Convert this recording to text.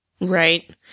Right